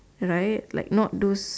right like not those